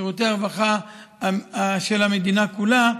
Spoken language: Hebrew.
שירותי הרווחה של המדינה כולה,